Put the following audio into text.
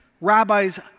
rabbis